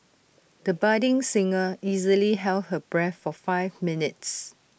the budding singer easily held her breath for five minutes